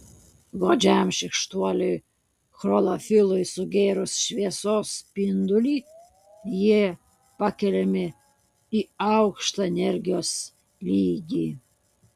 godžiam šykštuoliui chlorofilui sugėrus šviesos spindulį jie pakeliami į aukštą energijos lygį